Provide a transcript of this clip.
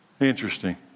Interesting